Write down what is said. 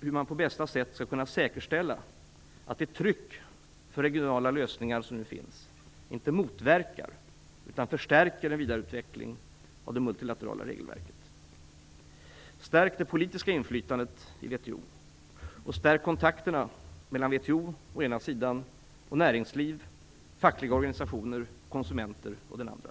hur man på bästa sätt skall kunna säkerställa att det tryck för regionala lösningar som nu finns inte motverkar utan förstärker en vidareutveckling av det multilaterala regelverket. Stärk det politiska inflytandet i WTO och stärk kontakterna mellan WTO å ena sidan och näringsliv, fackliga organisationer och konsumenter å den andra.